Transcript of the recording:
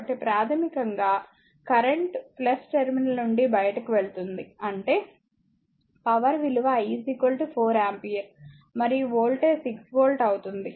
కాబట్టి ప్రాథమికంగా current terminal నుండి బయటికి వెళ్తుంది అంటే పవర్ విలువ I 4 ఆంపియర్ మరియు వోల్టేజ్ 6 వోల్ట్ అవుతుంది